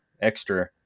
extra